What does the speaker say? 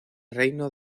reino